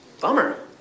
Bummer